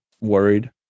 worried